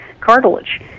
cartilage